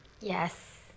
Yes